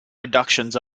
reductions